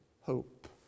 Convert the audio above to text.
hope